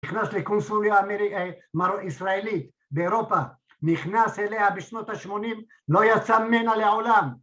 ‫נכנס לקונסוליה אמרי.. הישראלית באירופה, ‫נכנס אליה בשנות ה-80, ‫לא יצא ממנה לעולם.